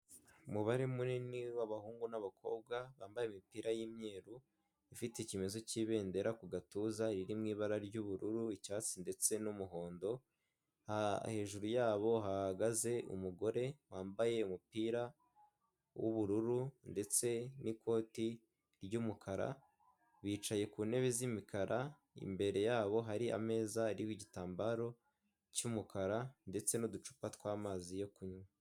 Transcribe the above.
Umubare munini w'abahungu n'abakobwa bambaye imipira y'imyeru ifite ikiyemetso cy'ibendera ku gatuza riri mu ibara ry'ubururu icyatsi ndetse n'umuhondo, hejuru yabo hahagaze umugore wambaye umupira w'ubururu ndetse n'ikoti ry'umukara bicaye ku ntebe z'imikara imbere yabo hari ameza, ariho igitambaro cy'umukara ndetse n'uducupa tw'amazi yo kunywa.